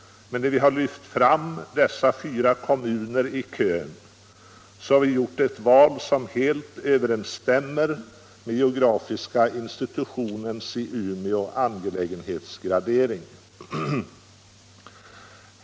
Men när vi har lyft fram dessa fyra kommuner i kön, har vi gjort ett val som helt överensstämmer med geografiska institutionens i Umeå angelägenhetsgradering.